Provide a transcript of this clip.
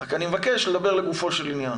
רק אני מבקש לדבר לגופו של עניין.